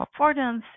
affordance